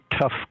tough